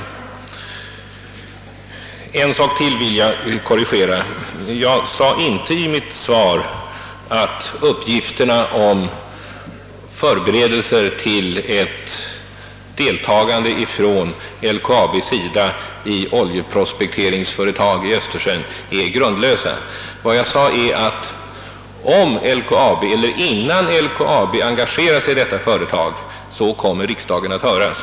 En sak till vill jag korrigera. I mitt svar sade jag inte att uppgifterna om förberedelser till ett deltagande från LKAB:s sida i oljeprospekteringsföretag i Östersjön är grundlösa. Vad jag sade var att innan LKAB engagerar sig i detta företag kommer riksdagen att höras.